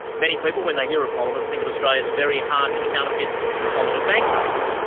many people when they hear of polymers think of australia's very hard to counterfeit polymer bank notes.